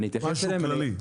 משהו כללי?